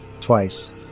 Twice